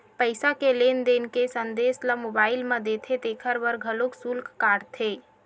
पईसा के लेन देन के संदेस ल मोबईल म देथे तेखर बर घलोक सुल्क काटथे